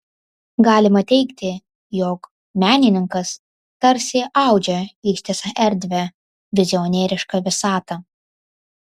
galima teigti jog menininkas tarsi audžia ištisą erdvę vizionierišką visatą